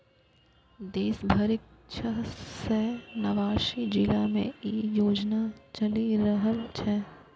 देश भरिक छह सय नवासी जिला मे ई योजना चलि रहल छै